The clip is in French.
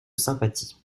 sympathie